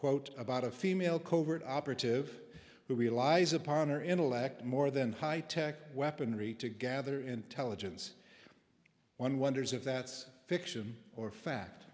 quote about a female covert operative who relies upon her intellect more than high tech weaponry to gather intelligence one wonders if that's fiction or fact